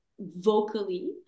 vocally